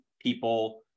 people